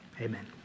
Amen